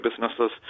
businesses